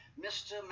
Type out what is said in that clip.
Mr